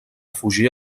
fugir